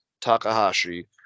Takahashi